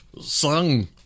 sung